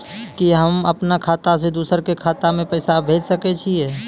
कि होम अपन खाता सं दूसर के खाता मे पैसा भेज सकै छी?